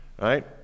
right